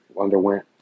underwent